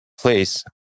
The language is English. place